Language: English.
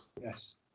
Yes